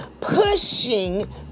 Pushing